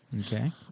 Okay